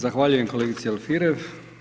Zahvaljujem kolegici Alfirev.